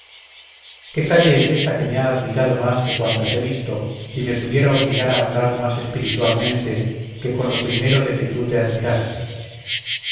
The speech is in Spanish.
qué calle es ésta que me ha admirado más que cuantas he visto y me pudiera obligar a hablar más espiritualmente que con lo primero de que tú te admiraste